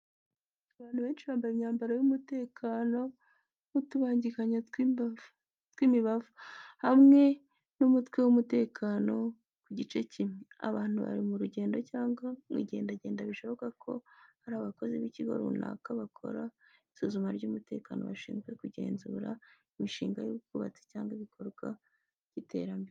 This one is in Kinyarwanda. Abantu benshi bambaye imyambaro y'umutekano nk'utubangikanyo tw'imibavu, hamwe n'umutwe w'umutekano ku gice kimwe. Abantu bari mu rugendo cyangwa mu igendagenda bishoboka ko ari abakozi b'ikigo runaka abakora isuzuma ry'umutekano, abashinzwe kugenzura imishinga y'ubwubatsi cyangwa ibikorwa by'iterambere.